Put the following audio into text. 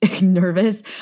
nervous